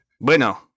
Bueno